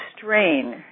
strain